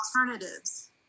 alternatives